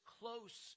close